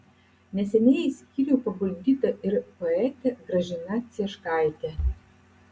neseniai į skyrių paguldyta ir poetė gražina cieškaitė